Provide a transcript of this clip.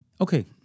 okay